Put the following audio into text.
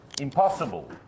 impossible